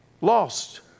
Lost